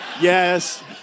Yes